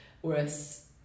whereas